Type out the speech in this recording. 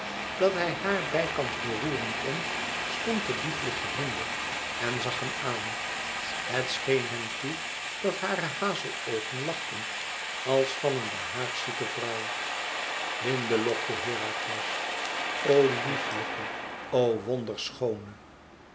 dat hij haar bijkans beroeren kon stond de lieflijke hinde en zag hem aan het scheen hem toe dat hare hazeloogen lachten als van een behaagzieke vrouw hinde lokte herakles o lieflijke o wonderschoone